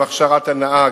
הכשרת הנהג,